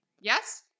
Yes